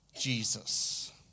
Jesus